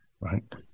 Right